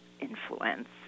influence